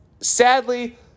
sadly